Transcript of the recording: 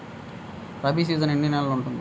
Rabi season ఎన్ని నెలలు ఉంటుంది?